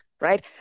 right